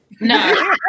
No